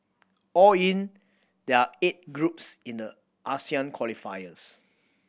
all in there are eight groups in the Asian qualifiers